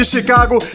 Chicago